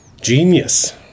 genius